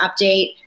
update